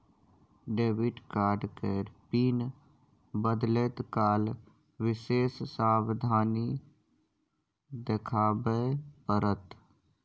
debit card केर PIN बदलैत काल विशेष सावाधनी देखाबे पड़त